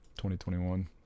2021